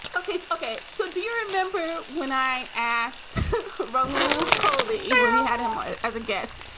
ok. so ok. so do you remember when i asked rahul kohli? well he had him as a guest.